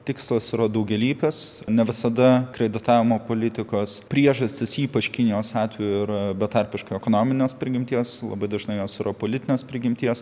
tikslas yra daugialypis ne visada kreditavimo politikos priežastys ypač kinijos atveju ir betarpiška ekonominės prigimties labai dažnai jos yra politinės prigimties